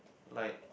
like